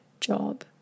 job